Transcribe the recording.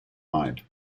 mind